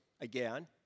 again